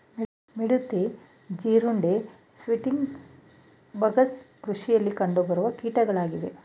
ಮಿಡತೆ, ಜೀರುಂಡೆ, sting bugs ಕೃಷಿಯಲ್ಲಿ ಕಂಡುಬರುವ ಕೀಟಗಳಾಗಿವೆ